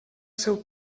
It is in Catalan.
seu